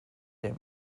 der